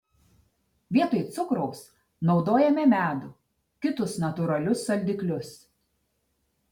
vietoj cukraus naudojame medų kitus natūralius saldiklius